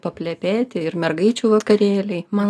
paplepėti ir mergaičių vakarėliai man